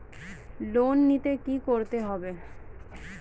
Loan নিতে কী করতে হবে?